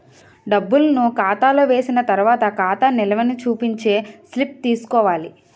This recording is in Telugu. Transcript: డబ్బులను ఖాతాలో వేసిన తర్వాత ఖాతా నిల్వని చూపించే స్లిప్ తీసుకోవాలి